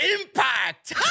Impact